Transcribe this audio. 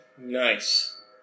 Nice